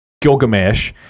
Gilgamesh